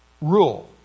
rule